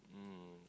mm